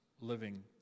living